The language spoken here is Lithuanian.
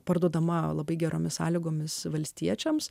parduodama labai geromis sąlygomis valstiečiams